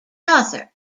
author